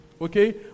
okay